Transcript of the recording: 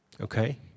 okay